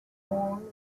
long